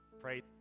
Pray